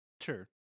Sure